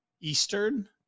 Eastern